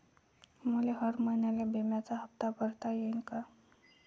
मले हर महिन्याले बिम्याचा हप्ता भरता येईन का?